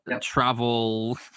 travel